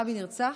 רבין נרצח,